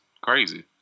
crazy